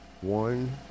one